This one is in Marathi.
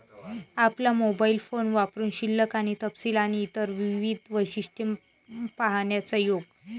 आपला मोबाइल फोन वापरुन शिल्लक आणि तपशील आणि इतर विविध वैशिष्ट्ये पाहण्याचा योग